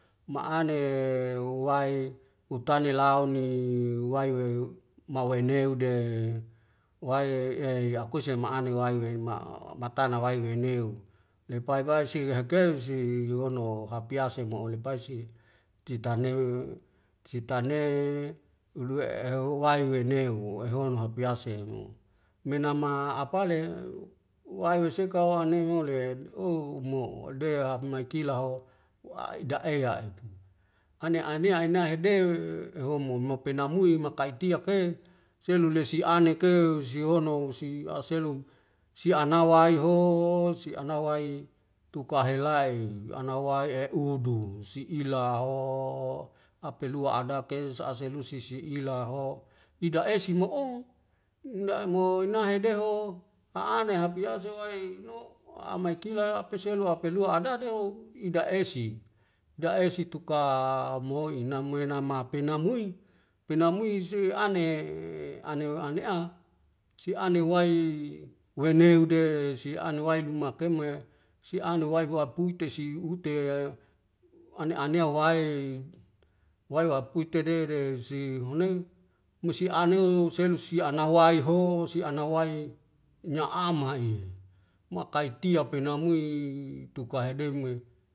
Ma'ane wae hutane lau ni wae weuw maweneu de wae e ya'akuse ma'ane wae weum ma o matana wae weu neu lepai baisi hakeusi yono hapiase mo'olo pae si titaneu sitane udue'e huwae weneu wehono hapiase hu menama apale uwae wesekawane mo le ou umo deahap maitila ho wa i'da'eak ane anea inae hideu homo ma penamue makaik tiak e selu lesi `anek ke sehono si aselu siana waiho siana wai tukahela'i anawae e'udu si ila ho apelua ada ke sa aselu si si ila ho ida e sima'o ndamo inahe deho a'ane hapiase wai no a maikila hapesielu apalea ada deu ida esi ida esi tuka moi ina moi na mapena mui penai mui si ane ane ane a si ane wae weneu de si ane waidimakeme siane wae guapute si hutea ane anea wae wae apute de de si honeo musi aneu selu si ana wae ho si ana wae nya'ama i makaitiap e namui tukahedeme